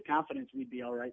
confidence we'd be all right